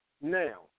now